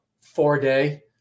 four-day